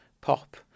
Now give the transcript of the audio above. pop